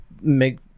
make